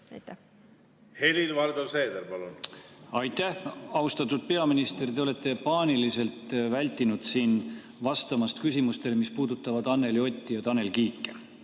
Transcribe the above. ei ole. Helir-Valdor Seeder, palun! Aitäh, austatud peaminister! Te olete paaniliselt vältinud siin vastamist küsimustele, mis puudutavad Anneli Otti ja Tanel Kiike.